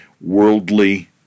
worldly